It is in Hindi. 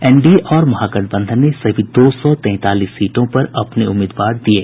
एनडीए और महागठबंधन ने सभी दो सो तैंतालीस सीटों पर अपने उम्मीदवार दिये